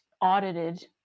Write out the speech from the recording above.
audited